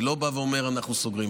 אני לא בא ואומר: אנחנו סוגרים.